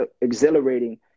exhilarating